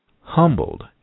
humbled